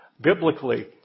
biblically